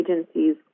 agencies